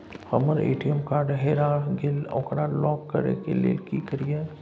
हमर ATM card हेरा गेल ओकरा लॉक करै के लेल की करियै?